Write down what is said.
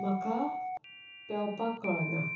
म्हाका पेंवपाक कळना